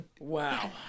Wow